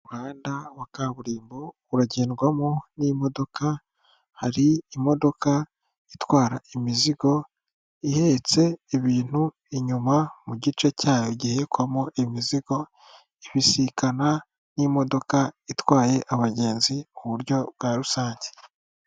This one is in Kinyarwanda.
Umuhanda wa kaburimbo uragendwamo n'imodoka, hari imodoka itwara imizigo ihetse ibintu inyuma mu gice cyayo gikwamo imizigo ibisikana n'imodoka itwaye abagenzi mu buryo bwa rusange.